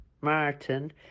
Martin